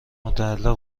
متعلق